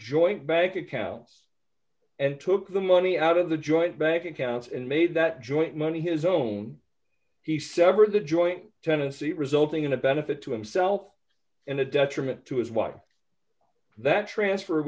joint bank accounts and took the money out of the joint bank accounts and made that joint money his own he severed the joint tenancy resulting in a benefit to himself and a detriment to his wife that transfer